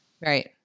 Right